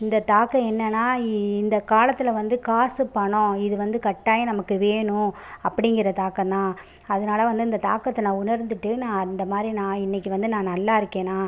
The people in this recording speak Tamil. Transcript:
இந்த தாக்கம் என்னென்னா இ இந்த காலத்தில் வந்து காசுபணம் இது வந்து கட்டாயம் நமக்கு வேணும் அப்படிங்கிற தாக்கம் தான் அதனால வந்த இந்த தாக்கத்தை நான் உணர்ந்துட்டு நான் அந்தமாதிரி நான் இன்றைக்கி வந்து நான் நல்லாயிருக்கேனா